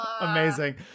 Amazing